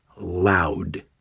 loud